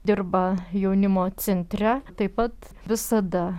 dirba jaunimo centre taip pat visada